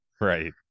Right